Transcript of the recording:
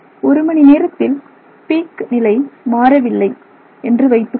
ஒரு மணி நேரத்தில் உச்சி நிலை மாறவில்லை என்று வைத்துக் கொள்வோம்